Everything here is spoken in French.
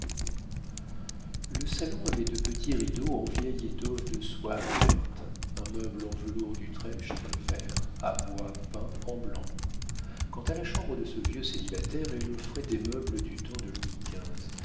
le salon avait de petits rideaux en vieille étoffe de soie verte un meuble en velours d'utrecht vert à bois peint en blanc quant à la chambre de ce vieux célibataire elle offrait des meubles du temps de louis